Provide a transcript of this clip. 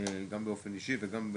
אתם מדברים איתי על סמים, מה עם רטלין?